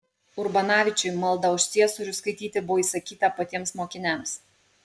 urbanavičiui maldą už ciesorių skaityti buvo įsakyta patiems mokiniams